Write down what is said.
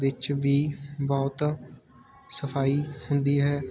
ਵਿੱਚ ਵੀ ਬਹੁਤ ਸਫਾਈ ਹੁੰਦੀ ਹੈ